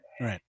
Right